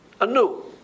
anew